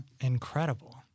Incredible